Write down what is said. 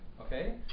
Okay